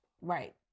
Right